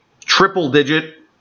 triple-digit